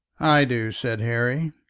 i do, said harry.